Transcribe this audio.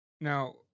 Now